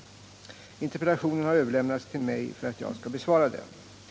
Interpellationen har överlämnats till mig för att jag skall besvara — Om näringspolitiska den.